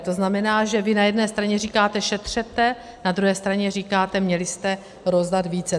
To znamená, že vy na jedné straně říkáte šetřete, na druhé straně říkáte měli jste rozdat více.